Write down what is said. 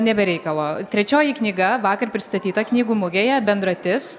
ne be reikalo trečioji knyga vakar pristatyta knygų mugėje bendratis